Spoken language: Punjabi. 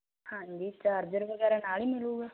ਹਾਂਜੀ ਚਾਰਜਰ ਵਗੈਰਾ ਨਾਲ ਹੀ ਮਿਲੂਗਾ